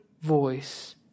voice